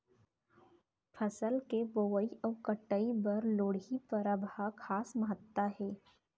फसल के बोवई अउ कटई बर लोहड़ी परब ह खास महत्ता हे